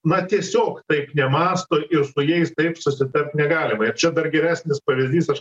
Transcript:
na tiesiog taip nemąsto ir su jais taip susitart negali va ir čia dar geresnis pavyzdys aš